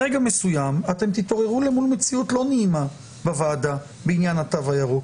ברגע מסוים אתם תתעוררו למול מציאות לא נעימה בוועדה בעניין התו הירוק.